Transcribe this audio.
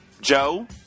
Joe